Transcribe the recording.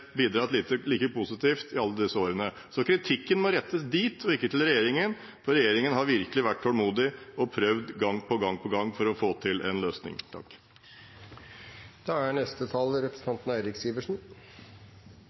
bidratt like positivt i alle disse årene, så kritikken må rettes dit og ikke til regjeringen, for regjeringen har virkelig vært tålmodig og prøvd gang på gang å få til en løsning.